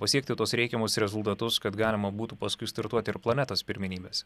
pasiekti tuos reikiamus rezultatus kad galima būtų paskui startuoti ir planetos pirmenybes